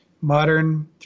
modern